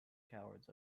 cowards